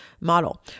model